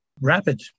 rapid